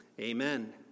Amen